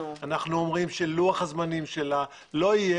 אנחנו אומרים שלוח הזמנים שלה לא יהיה